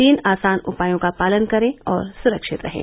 तीन आसान उपायों का पालन करें और सुरक्षित रहें